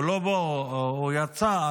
הוא לא פה, יצא.